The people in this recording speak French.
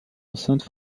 enceinte